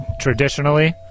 traditionally